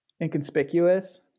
inconspicuous